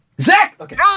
Zach